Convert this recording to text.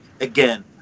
again